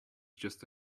just